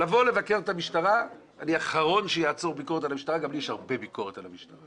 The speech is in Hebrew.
אני עוד לא שמעתי שזה בלתי חוקי לעמוד על המדרכה או ללכת ברחוב.